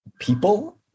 people